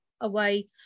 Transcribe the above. away